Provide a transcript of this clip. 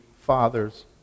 fathers